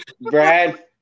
Brad